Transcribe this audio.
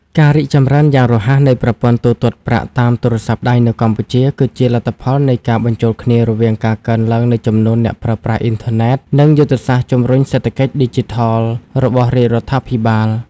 ការរីកចម្រើនយ៉ាងរហ័សនៃប្រព័ន្ធទូទាត់ប្រាក់តាមទូរស័ព្ទដៃនៅកម្ពុជា គឺជាលទ្ធផលនៃការបញ្ចូលគ្នារវាងការកើនឡើងនៃចំនួនអ្នកប្រើប្រាស់អ៊ីនធឺណិត និងយុទ្ធសាស្ត្រជម្រុញសេដ្ឋកិច្ចឌីជីថលរបស់រាជរដ្ឋាភិបាល។